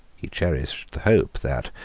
he cherished the hope that,